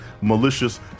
malicious